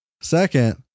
Second